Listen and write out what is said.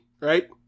right